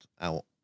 out